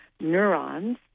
neurons